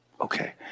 Okay